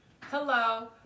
Hello